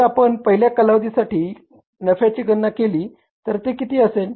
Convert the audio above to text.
जर आपण पहिल्या कालावधीसाठी नफ्याची गणना केली तर ते किती असेल